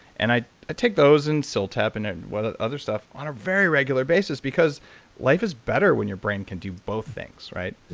and i ah take those and still tap and and on other stuff on a very regular basis because life is better when your brain can do both things, right?